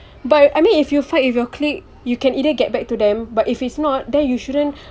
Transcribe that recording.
but I mean if you fight with your clique you can either get back to them but if it's not then you shouldn't